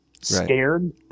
scared